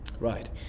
right